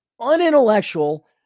unintellectual